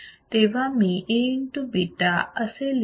तेव्हा मी A into β असे लिहिन